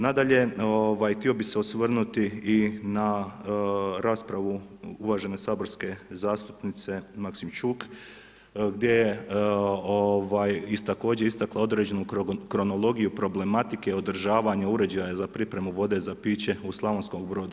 Nadalje, htio bih se osvrnuti i na raspravu uvažene saborske zastupnice Maksimčuk gdje je također istakla određenu kronologiju problematike održavanja uređaja za pripremu vode za piće u Slavonskom Brodu.